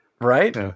Right